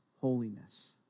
holiness